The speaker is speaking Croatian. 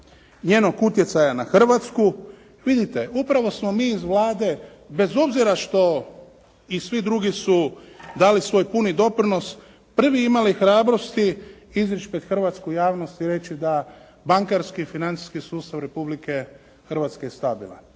njenog utjecaja na Hrvatsku, vidite upravo smo mi iz Vlade bez obzira što i svi drugi su dali svoj puni doprinos, prvi imali hrabrosti izići pred hrvatsku javnost i reći da bankarski i financijski Republike Hrvatske je stabilan.